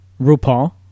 RuPaul